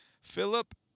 Philip